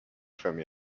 from